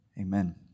Amen